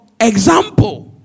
example